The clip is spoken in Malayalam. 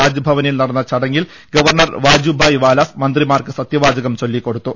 രാജ്ഭവനിൽ നടന്ന ചടങ്ങിൽ ഗവർണർ വാജുഭായ് വാല മന്ത്രിമാർക്ക് സത്യവാചകം ചൊല്ലിക്കൊ ടുത്തു